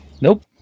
Nope